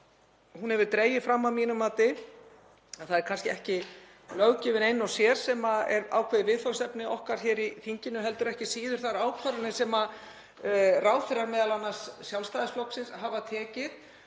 Hún hefur dregið það fram, að mínu mati, að það er kannski ekki löggjöfin ein og sér sem er ákveðið viðfangsefni okkar hér í þinginu heldur ekki síður þær ákvarðanir sem ráðherrar, m.a. ráðherrar Sjálfstæðisflokksins, hafa tekið